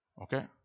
okay